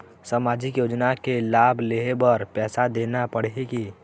सामाजिक योजना के लाभ लेहे बर पैसा देना पड़ही की?